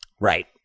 Right